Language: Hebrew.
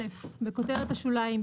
(א)בכותרת השוליים,